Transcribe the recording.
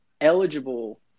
eligible